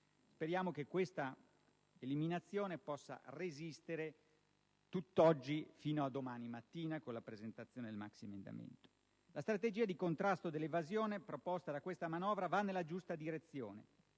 Speriamo che questa eliminazione possa resistere fino a domani mattina, quando ci sarà la presentazione del maxiemendamento. La strategia di contrasto dell'evasione proposta da questa manovra va nella giusta direzione,